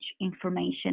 information